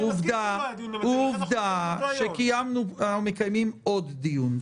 אתה הרי מסכים איתי --- עובדה שאנחנו מקיימים עוד דיון.